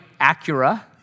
Acura